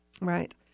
right